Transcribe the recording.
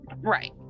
Right